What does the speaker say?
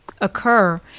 occur